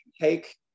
take